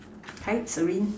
hi Serene